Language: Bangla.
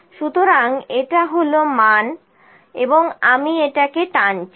সুতরাং এটা হল মান এবং আমি এটাকে টানছি